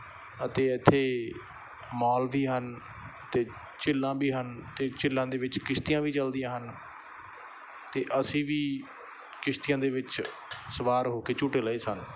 ਅਤੇ ਇੱਥੇ ਮੌਲਵੀ ਹਨ ਅਤੇ ਝੀਲਾਂ ਵੀ ਹਨ ਅਤੇ ਝੀਲਾਂ ਦੇ ਵਿੱਚ ਕਿਸ਼ਤੀਆਂ ਵੀ ਚੱਲਦੀਆਂ ਹਨ ਅਤੇ ਅਸੀਂ ਵੀ ਕਿਸ਼ਤੀਆਂ ਦੇ ਵਿੱਚ ਸਵਾਰ ਹੋ ਕੇ ਝੂਟੇ ਲਏ ਸਨ